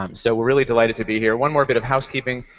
um so we're really delighted to be here. one more bit of housekeeping.